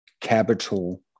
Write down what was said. capital